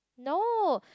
no